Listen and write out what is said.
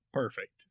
perfect